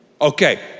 Okay